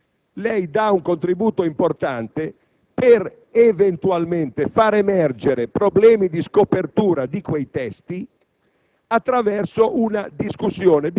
gli dissi: «Lei dà un contributo importante per eventualmente far emergere problemi di scopertura di quei testi